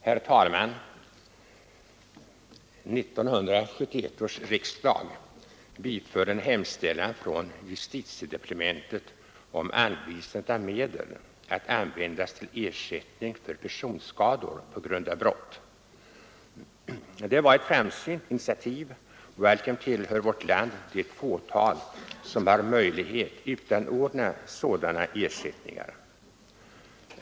Herr talman! 1971 års riksdag biföll en hemställan från justitiedepartementet om anvisandet av medel att användas till ersättning för personskador på grund av brott. Det var ett framsynt initiativ, och alltjämt tillhör vårt land det fåtal som har möjlighet att utanordna sådan ersättning.